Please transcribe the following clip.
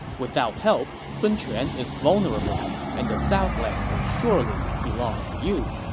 without help, sun quan is vulnerable, and the southlands would surely belong to you.